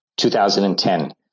2010